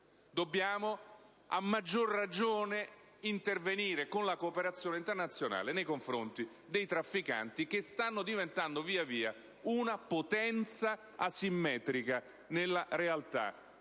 dobbiamo a maggior ragione intervenire con la cooperazione internazionale nei confronti dei trafficanti, che stanno diventando via via una potenza asimmetrica nella realtà,